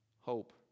Hope